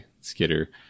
Skitter